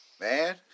man